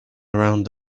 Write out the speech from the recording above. around